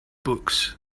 books